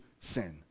sin